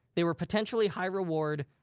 they were potentially high reward.